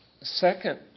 second